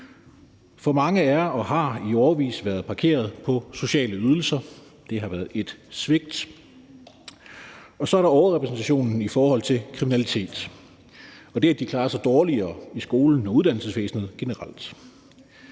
For mange er og har i årevis været parkeret på sociale ydelser; det har været et svigt. Så er der overrepræsentation i forhold til kriminalitet og det, at de klarer sig dårligere i skolen og uddannelsesvæsenet generelt.